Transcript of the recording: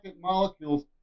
molecules